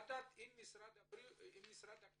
לדעת למה משרד הקליטה